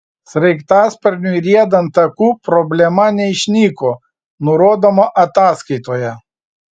sraigtasparniui riedant taku problema neišnyko nurodoma ataskaitoje